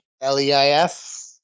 L-E-I-F